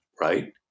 right